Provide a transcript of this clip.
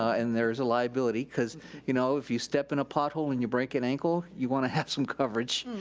and there's a liability cause you know if you step in a pothole, and you break an ankle, you wanna have some coverage.